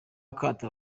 akato